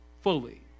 fully